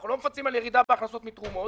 אנחנו לא מפצים על ירידה בהכנסות מתרומות.